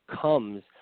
comes